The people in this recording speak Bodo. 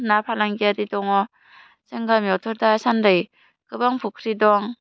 ना फालांगियारि दङ जों गामियावथ' दा सान्दि गोबां फख्रि दं